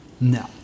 No